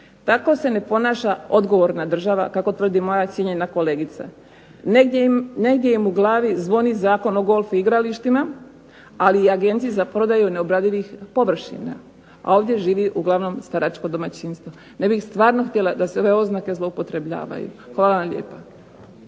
Tako se ne ponaša odgovorna država kako tvrdi moja cijenjena kolegica. Negdje im u glavi zvoni Zakon o golf igralištima, ali i Agenciji za prodaju neobradivih površina, a ovdje živi uglavnom staračko domaćinstvo. Ne bih stvarno htjela da se ove oznake zloupotrebljavaju. Hvala vam lijepa.